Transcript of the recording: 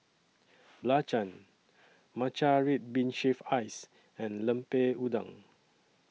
Belacan Matcha Red Bean Shaved Ice and Lemper Udang